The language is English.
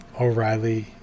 O'Reilly